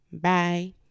bye